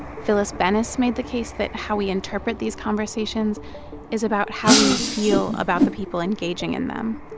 phyllis bennis made the case that how we interpret these conversations is about how we feel about the people engaging in them.